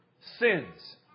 sins